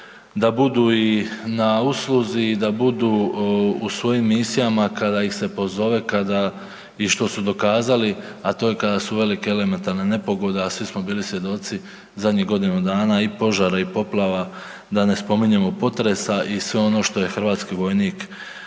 da budu i na usluzi, i da budu u svojim misijama kada ih se pozove, kada i što su dokazali, a to je kada su velike elementarne nepogode, a svi smo bili svjedoci zadnjih godinu dana, i požara, i poplava, da ne spominjemo potresa, i sve ono što je hrvatski vojnik